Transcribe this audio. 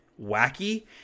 wacky